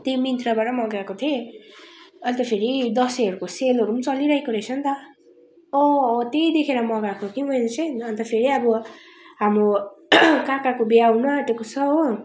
त्यही मिन्त्राबाट मगाएको थिएँ अन्त फेरि दसैँहरूको सेलहरू चलिरहेको रहेछ त त्यही देखेर मगाएको कि मैले चाहिँ अन्त फेरि अब हाम्रो काकाको बिहे आउनु आँटेको छ हो